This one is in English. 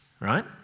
right